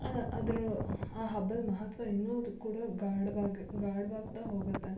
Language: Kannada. ಅದ್ರ ಆ ಹಬ್ಬದ ಮಹತ್ವ ಇನ್ನೂ ತ್ ಕೂಡ ಗಾಢವಾಗೆ ಗಾಢವಾಗ್ತ ಹೋಗುತ್ತೆ